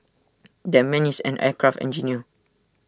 that man is an aircraft engineer